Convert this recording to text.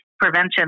Prevention